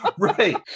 Right